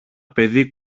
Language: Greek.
παιδί